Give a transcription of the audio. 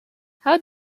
how